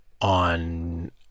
on